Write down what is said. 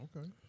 Okay